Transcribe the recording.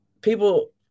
people